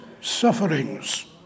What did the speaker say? sufferings